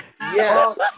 Yes